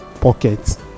pockets